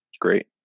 great